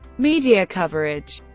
media coverage